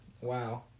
wow